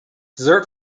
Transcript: dessert